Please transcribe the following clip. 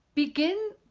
begin,